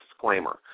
disclaimer